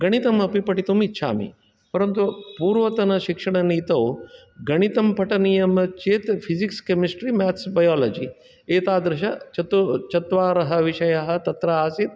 गणितम् अपि पठितुम् इच्छामि परन्तु पूर्वतनशिक्षणनीतौ गणितं पठनीयं चेत् फिजिक्स् केमिस्ट्री मेथ्स् बायोलजी एतादृश चतु चत्वारः विषयः तत्र आसीत्